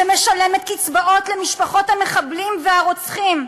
שמשלמת קצבאות למשפחות המחבלים והרוצחים,